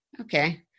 okay